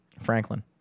Franklin